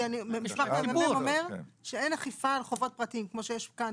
כי רונן אומר שאין אכיפה על חובות פרטיים כמו שיש כאן